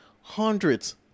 hundreds